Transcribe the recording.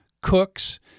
cooks